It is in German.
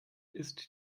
ist